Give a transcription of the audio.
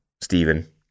Stephen